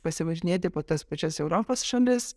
pasivažinėti po tas pačias europos šalis